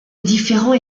différent